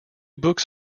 books